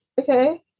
Okay